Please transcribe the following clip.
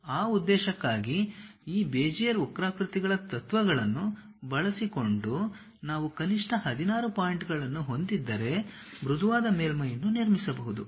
ಆ ಉದ್ದೇಶಕ್ಕಾಗಿ ಈ ಬೆಜಿಯರ್ ವಕ್ರಾಕೃತಿಗಳ ತತ್ವಗಳನ್ನು ಬಳಸಿಕೊಂಡು ನಾವು ಕನಿಷ್ಟ 16 ಪಾಯಿಂಟ್ಗಳನ್ನು ಹೊಂದಿದ್ದರೆ ಮೃದುವಾದ ಮೇಲ್ಮೈಯನ್ನು ನಿರ್ಮಿಸಬಹುದು